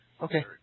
Okay